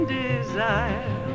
desire